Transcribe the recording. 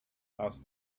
asked